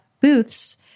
Booth's